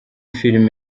film